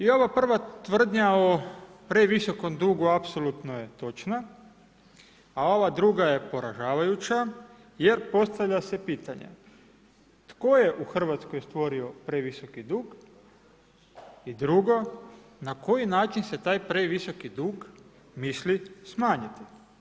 I ova prva tvrdnja o previsokom dugu apsolutno je točna, a ova druga je poražavajuća jer postavlja se pitanje, tko je u RH stvorio previsoki dug i drugo, na koji način se taj previsoki dug misli smanjiti?